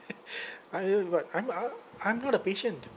I am what I'm a I'm not a patient